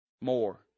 more